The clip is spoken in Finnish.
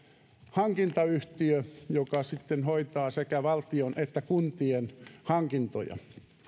hankintayhtiö joka sitten hoitaa sekä valtion että kuntien hankintoja